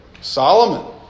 Solomon